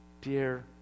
dear